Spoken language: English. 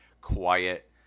quiet